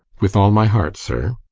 with all my heart, sir.